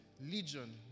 legion